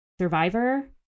survivor